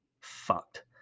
Fucked